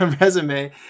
resume